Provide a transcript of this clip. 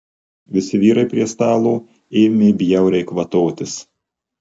visi vyrai prie stalo ėmė bjauriai kvatotis